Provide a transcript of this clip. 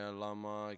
lama